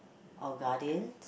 or Guardian